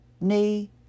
knee